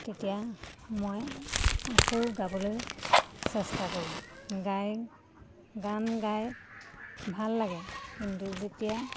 তেতিয়া মই আকৌ গাবলৈ চেষ্টা কৰোঁ গাই গান গাই ভাল লাগে কিন্তু যেতিয়া